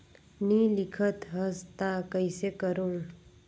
नी लिखत हस ता कइसे करू?